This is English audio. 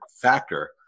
factor